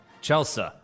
Chelsea